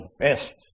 best